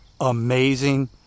amazing